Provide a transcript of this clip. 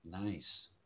Nice